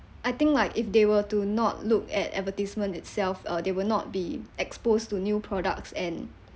I think like if they were to not look at advertisement itself uh they will not be exposed to new products and